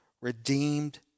redeemed